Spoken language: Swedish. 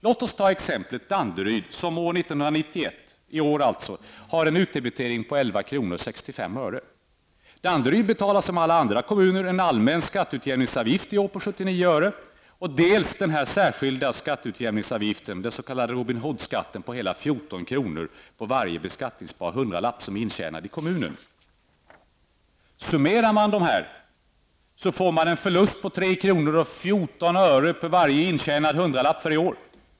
Låt oss ta exempelt Danderyd, som år 1991 har en utdebitering 11,65 kr. Danderyd betalar som alla andra kommuner en allmän skatteutjämningsavgift på i år 79 öre och dessutom en särskild skatteutjämningsavgift, denna s.k. Robin Hoodskatt, på hela 14 kr. på varje beskattningsbar hundralapp som är intjänad i kommunen. Summerar man detta får man en förlust på 3 kronor och 14 öre på varje intjänad hundralapp för i år.